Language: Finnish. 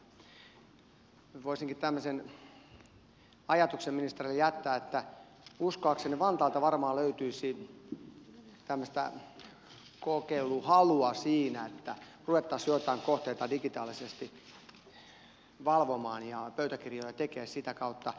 voisinkin tämmöisen ajatuksen ministerille jättää että uskoakseni vantaalta varmaan löytyisi kokeiluhalua siinä että ruvettaisiin joitakin kohteita digitaalisesti valvomaan ja pöytäkirjoja tekemään sitä kautta